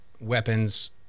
weapons